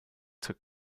took